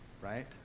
Right